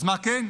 אז מה כן?